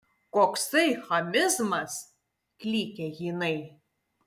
koksai chamizmas klykia jinai